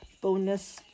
bonus